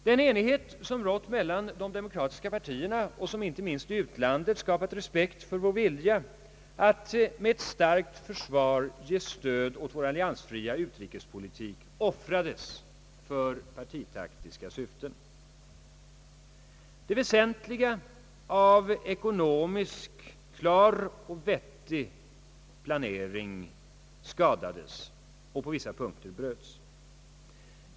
Den enighet, som rått mellan de demokratiska partierna och som inte minst i utlandet skapat respekt för vår vilja att med ett starkt försvar ge stöd åt vår alliansfria utrikespolitik, offrades för partitaktiska syften. Det väsentliga av klar och vettig ekonomisk planering skadades och bröts på vissa punkter.